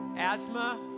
Asthma